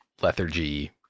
lethargy